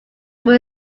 table